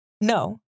no